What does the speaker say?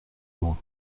loin